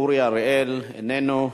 אורי אריאל, איננו,